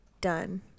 done